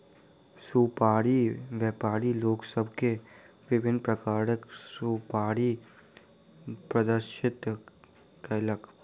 सुपाड़ी व्यापारी लोक सभ के विभिन्न प्रकारक सुपाड़ी प्रदर्शित कयलक